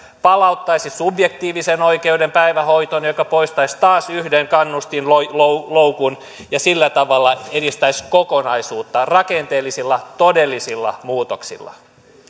palauttaisi subjektiivisen oikeuden päivähoitoon mikä poistaisi taas yhden kannustinloukun ja sillä tavalla edistäisi kokonaisuutta rakenteellisilla todellisilla muutoksilla